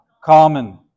Common